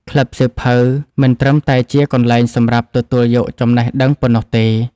ក្លឹបសៀវភៅមិនត្រឹមតែជាកន្លែងសម្រាប់ទទួលយកចំណេះដឹងប៉ុណ្ណោះទេ។